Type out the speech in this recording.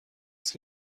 است